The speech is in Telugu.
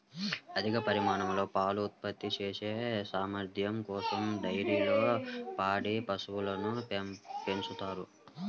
అధిక పరిమాణంలో పాలు ఉత్పత్తి చేసే సామర్థ్యం కోసం డైరీల్లో పాడి పశువులను పెంచుతారు